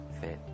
fit